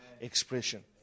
expression